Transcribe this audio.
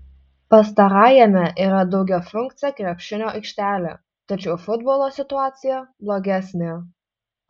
pastarajame yra daugiafunkcė krepšinio aikštelė tačiau futbolo situacija blogesnė